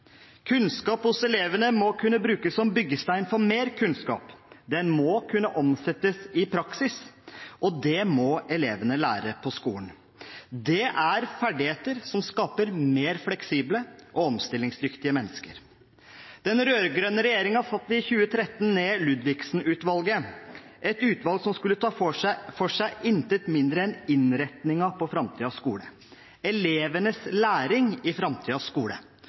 Kunnskap hos elevene må kunne brukes som byggestein for mer kunnskap. Den må kunne omsettes i praksis, og det må elevene lære på skolen. Det er ferdigheter som skaper mer fleksible og omstillingsdyktige mennesker. Den rød-grønne regjeringen satte i 2013 ned Ludvigsen-utvalget, et utvalg som skulle ta for seg intet mindre enn innretningen av framtidens skole – elevenes læring i framtidens skole.